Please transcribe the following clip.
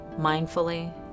mindfully